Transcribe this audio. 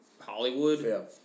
Hollywood